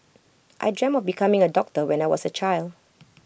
I dreamt of becoming A doctor when I was A child